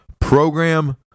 program